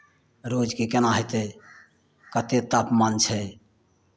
रोजके केना हेतै कतेक तापमान छै